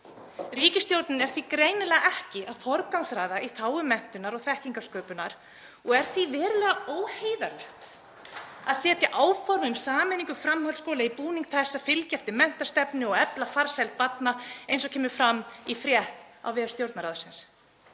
Ríkisstjórnin er því greinilega ekki að forgangsraða í þágu menntunar og þekkingarsköpunar og er því verulega óheiðarlegt að setja áform um sameiningu framhaldsskóla í búning þess að fylgja eftir menntastefnu og efla farsæld barna, eins og kemur fram í frétt á vef Stjórnarráðsins.